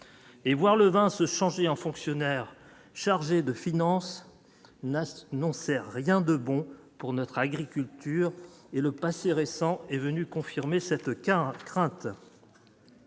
et voir le vin se changer en fonctionnaires chargés de finances n'non c'est rien de bon pour notre agriculture et le passé récent est venu confirmer cette craintes.